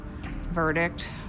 verdict